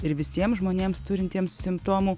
ir visiems žmonėms turintiems simptomų